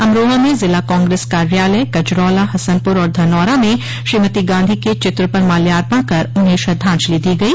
अमरोहा में जिला कांग्रेस कार्यालय गजरौला हसनपुर और धनौरा में श्रीमती गांधी के चित्र पर माल्यार्पण कर उन्हें श्रद्धांजलि दी गई